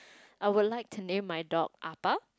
I would like to name my dog Appa